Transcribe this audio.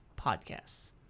podcasts